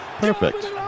Perfect